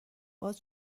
باز